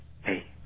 Hey